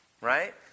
right